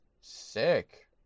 Sick